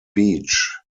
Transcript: beach